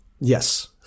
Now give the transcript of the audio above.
Yes